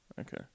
Okay